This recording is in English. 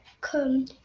come